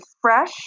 fresh